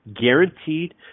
guaranteed